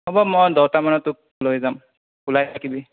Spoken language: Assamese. হ'ব মই দহটামানত তোক লৈ যাম ওলাই থাকিবি